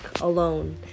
alone